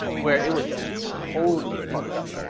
where it was just totally fucked up.